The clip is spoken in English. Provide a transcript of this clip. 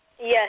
Yes